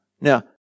Now